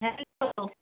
hello